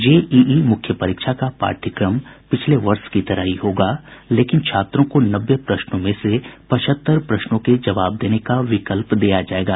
JEE मुख्य परीक्षा का पाठ्यक्रम पिछले वर्ष की तरह ही होगा लेकिन छात्रों को नब्बे प्रश्नों में से पचहत्तर प्रश्नों के जवाब देने का विकल्प दिया जाएगा